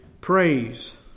praise